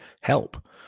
help